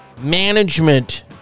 management